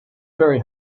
very